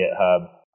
GitHub